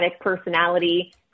personality